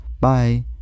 Bye